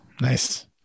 nice